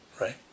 Right